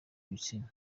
ibitsina